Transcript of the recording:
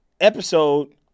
episode